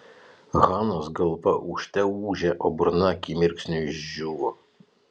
hanos galva ūžte ūžė o burna akimirksniu išdžiūvo